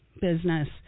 business